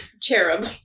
Cherub